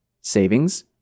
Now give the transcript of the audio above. Savings